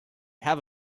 have